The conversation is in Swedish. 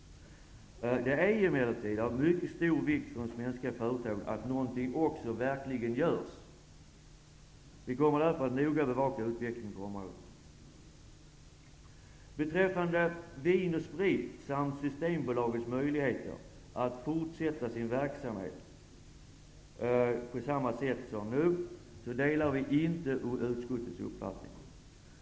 Det är emellertid av mycket stor vikt för de svenska företagen att någonting verkligen görs. Vi kommer därför att noga bevaka utvecklingen på området. Beträffande Vin & Sprits samt Systembolagets möjligheter att fortsätta sin verksamhet på samma sätt som nu, delar vi inte utskottets uppfattning.